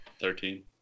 Thirteen